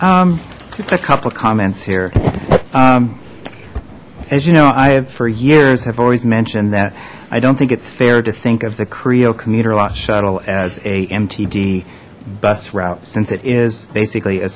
gate just a couple of comments here as you know i have for years i've always mentioned that i don't think it's fair to think of the creo commuter loss shuttle as a mtd bus route since it is basically a